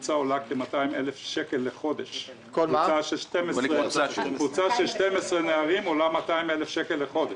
קבוצה של 12 נערים עולה 200 אלף שקל לחודש.